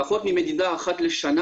פחות ממדידה אחת לשנה,